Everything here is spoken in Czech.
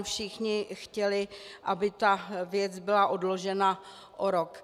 Všichni chtěli, aby ta věc byla odložena o rok.